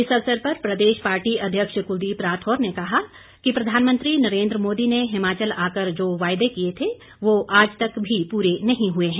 इस अवसर पर प्रदेश पार्टी अध्यक्ष कुलदीप राठौर ने कहा कि प्रधानमंत्री नरेन्द्र मोदी ने हिमाचल आकर जो वायदे किए थे वो आज तक भी पूरे नहीं हुए हैं